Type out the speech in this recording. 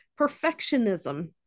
perfectionism